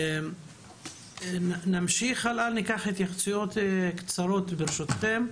נמשיך הלאה, ניקח התייחסויות קצרות ברשותכם.